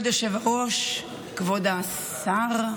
כבוד היושב-ראש, כבוד השר,